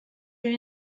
the